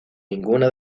ninguna